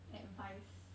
advice